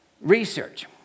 research